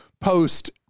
post